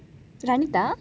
vanitha